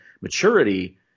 maturity